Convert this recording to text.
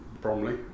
Bromley